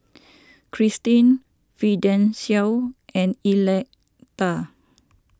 Kristine Fidencio and Electa